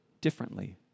differently